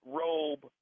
robe